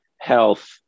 health